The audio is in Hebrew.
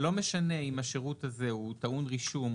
ואז אני נזכר בדיון הקודם את השר מציג את הרישיון,